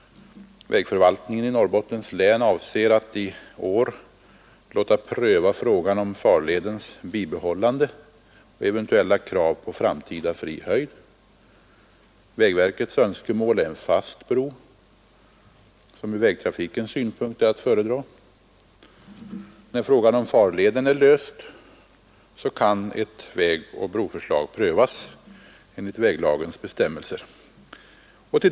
Vägförvaltningen i Norrbottens län avser att i år låta pröva frågan om farledens bibehållande och eventuella krav på framtida fri höjd. Vägverkets önskemål är en fast bro, som från vägtrafikens synpunkt är att föredra. När frågan om farleden är löst kan ett vägoch broförslag prövas enligt väglagens bestämmelser.